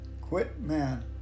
Quitman